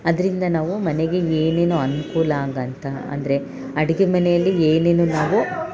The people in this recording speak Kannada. ಅದರಿಂದ ನಾವು ಮನೆಗೆ ಏನೇನು ಅನುಕೂಲ ಆಗಂತ ಅಂದರೆ ಅಡಿಗೆ ಮನೆಯಲ್ಲಿ ಏನೇನು ನಾವು